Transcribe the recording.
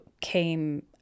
came